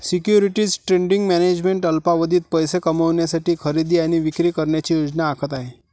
securities trading management अल्पावधीत पैसे कमविण्यासाठी खरेदी आणि विक्री करण्याची योजना आखत आहे